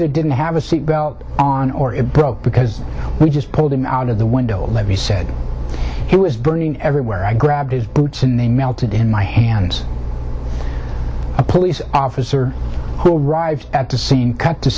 either didn't have a seatbelt on or it broke because we just pulled him out of the window ledge he said he was burning everywhere i grabbed his boots and they melted in my hands a police officer who arrived at the scene cut the